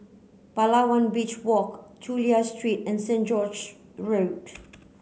Palawan Beach Walk Chulia Street and Saint George Road